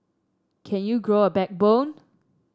can you grow a backbone